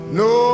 no